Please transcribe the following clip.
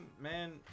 Man